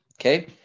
Okay